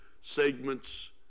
segments